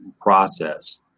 process